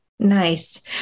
Nice